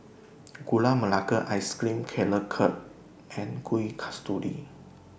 Gula Melaka Ice Cream Carrot cut and Kueh Kasturi